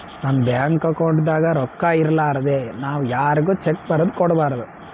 ನಮ್ ಬ್ಯಾಂಕ್ ಅಕೌಂಟ್ದಾಗ್ ರೊಕ್ಕಾ ಇರಲಾರ್ದೆ ನಾವ್ ಯಾರ್ಗು ಚೆಕ್ಕ್ ಬರದ್ ಕೊಡ್ಬಾರ್ದು